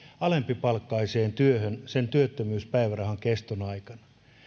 alempipalkkaiseen työhön sen työttömyyspäivärahan keston aikana